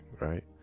right